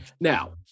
Now